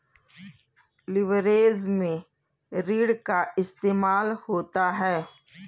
leverage में ऋण का इस्तेमाल होता है